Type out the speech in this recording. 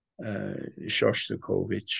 Shostakovich